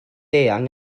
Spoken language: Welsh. eang